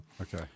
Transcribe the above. Okay